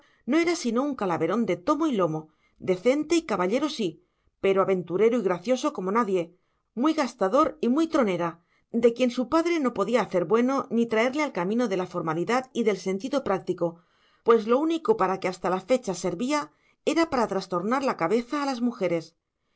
no era sino un calaverón de tomo y lomo decente y caballero sí pero aventurero y gracioso como nadie muy gastador y muy tronera de quien su padre no podía hacer bueno ni traerle al camino de la formalidad y del sentido práctico pues lo único para que hasta la fecha servía era para trastornar la cabeza a las mujeres